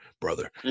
brother